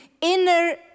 inner